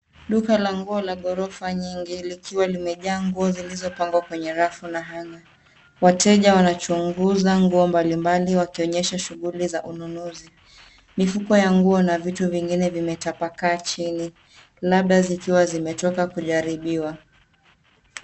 Duka la nguo la ghorofa nyingi likiwa limejaa nguo zilizopangwa kwenye rafu na cs[hanger]cs. Wateja wanachunguza nguo mbalimbali wakionyesha shuguli za ununuzi. Mifuko ya nguo na vitu vingine vimetapakaa chini labda zikiwa zimetoka kujaribiwa.